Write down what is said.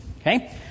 Okay